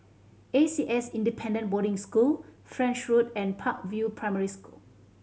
A C S Independent Boarding School French Road and Park View Primary School